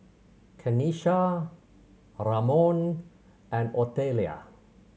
Kenisha Ramon and Otelia